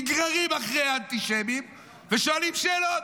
נגררים אחרי האנטישמים ושואלים שאלות.